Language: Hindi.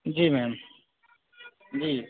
जी मैम जी